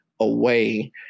away